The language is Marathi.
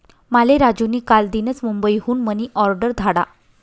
माले राजू नी कालदीनच मुंबई हुन मनी ऑर्डर धाडा